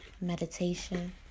meditation